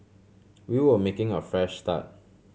we were making a fresh start